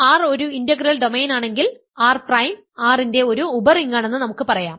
R ഒരു integral ഡൊമെയ്നാണെങ്കിൽ R prime R ന്റെ ഒരു ഉപറിംഗാണെന്ന് നമുക്ക് പറയാം